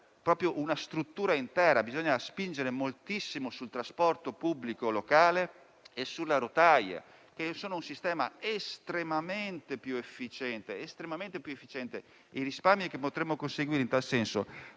spostare una struttura intera, bisogna spingere moltissimo sul trasporto pubblico locale e sulla rotaia, che sono un sistema estremamente più efficiente e i risparmi che potremmo conseguire in tal senso